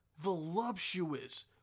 voluptuous